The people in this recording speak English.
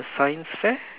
uh science fair